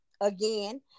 again